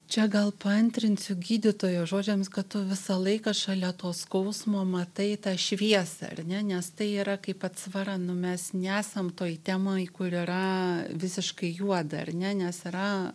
čia gal paantrinsiu gydytojos žodžiams kad tu visą laiką šalia to skausmo matai tą šviesą ar ne nes tai yra kaip atsvara nu mes nesam toj temoj kur yra visiškai juoda ar ne nes yra